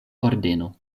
ordeno